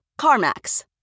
CarMax